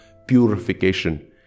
purification